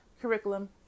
curriculum